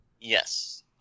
yes